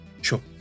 Sure